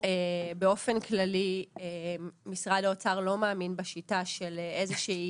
באופן כללי משרד האוצר לא מאמין בשיטה של איזושהי